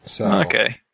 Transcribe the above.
Okay